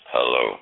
Hello